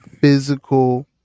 physical